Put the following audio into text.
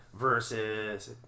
versus